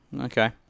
Okay